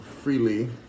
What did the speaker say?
freely